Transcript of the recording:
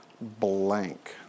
blank